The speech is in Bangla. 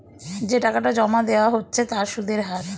যে টাকাটা জমা দেওয়া হচ্ছে তার সুদের হার